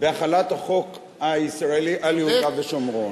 בהחלת החוק הישראלי על יהודה ושומרון.